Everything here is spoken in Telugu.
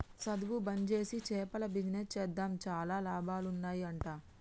సధువు బంజేసి చేపల బిజినెస్ చేద్దాం చాలా లాభాలు ఉన్నాయ్ అంట